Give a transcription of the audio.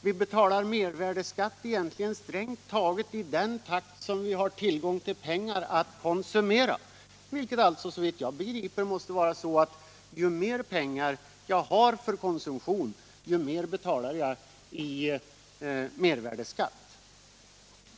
Vi betalar mervärdeskatt strängt taget i den takt som vi har tillgång till pengar att konsumera för. Såvitt jag begriper måste det vara så att ju mer pengar jag har för konsumtion, desto mer betalar jag i mervärdeskatt.